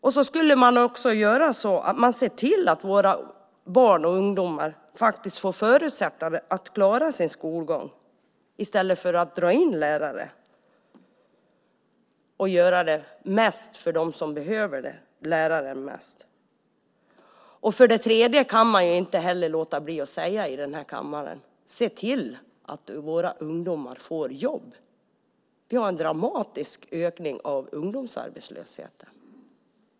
Man borde också se till att våra barn och ungdomar får förutsättningar att klara sin skolgång i stället för att dra in på lärare - mest för dem som behöver läraren mest. Man kan inte heller låta bli att säga: Se till att våra ungdomar får jobb! Vi har en dramatisk ökning av ungdomsarbetslösheten.